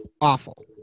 awful